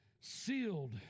Sealed